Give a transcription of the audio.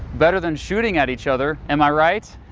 better than shooting at each other, am i right?